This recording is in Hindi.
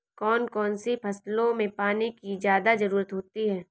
कौन कौन सी फसलों में पानी की ज्यादा ज़रुरत होती है?